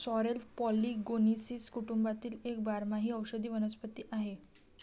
sorrel Polygonaceae कुटुंबातील एक बारमाही औषधी वनस्पती आहे